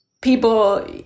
people